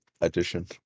addition